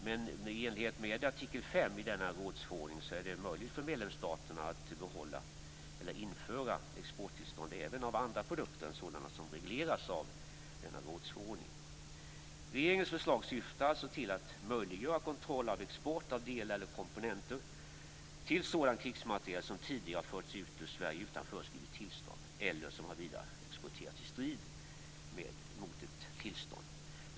Men i enlighet med artikel 5 i rådsförordningen är det möjligt för medlemsstaterna att behålla eller införa exporttillstånd även för andra produkter än sådana som regleras av denna rådsförordning. Regeringens förslag syftar alltså till att möjliggöra kontroll av export av delar eller komponenter till sådan krigsmateriel som tidigare har förts ut ur Sverige utan föreskrivet tillstånd, eller som har vidareexporterats i strid mot ett tillstånd.